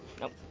Nope